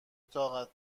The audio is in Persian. طاقت